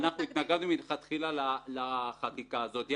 התנגדנו מלכתחילה לחקיקה הזאת.